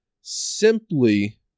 simply